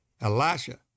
Elisha